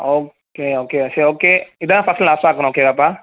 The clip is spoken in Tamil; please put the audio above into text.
ஓகே ஓகே சரி ஓகே இதுதான் ஃபஸ்ட்டு அண்ட் லாஸ்ட்டாக இருக்கணும் ஓகேவாப்பா